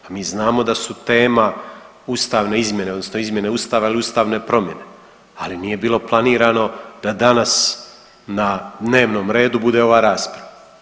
Pa mi znamo da su tema ustavne izmjene odnosno izmjene Ustava ili ustavne promjene, ali nije bilo planirano da danas na dnevnom redu bude ova rasprava.